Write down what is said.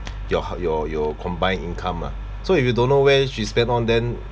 your uh your your combined income lah so if you don't know where she spend on then